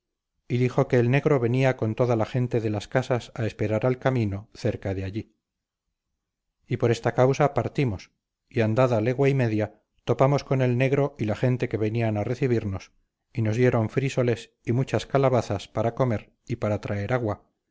y dijo que el negro venía con toda la gente de las casas a esperar al camino cerca de allí y por esta causa partimos y andada legua y media topamos con el negro y la gente que venían a recibirnos y nos dieron frísoles y muchas calabazas para comer y para traer agua